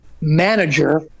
manager